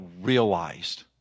realized